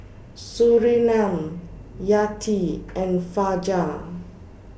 Surinam Yati and Fajar